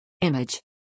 Image